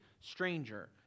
stranger